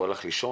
הוא הלך לישון,